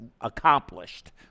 accomplished